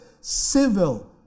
civil